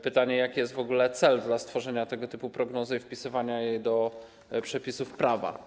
Pytanie, jaki jest w ogóle cel stworzenia tego typu prognozy i wpisywania jej do przepisów prawa.